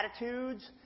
attitudes